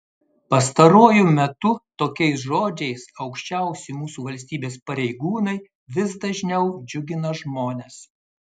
pastaruoju metu tokiais žodžiais aukščiausi mūsų valstybės pareigūnai vis dažniau džiugina žmones